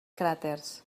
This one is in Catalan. cràters